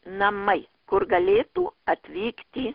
namai kur galėtų atvykti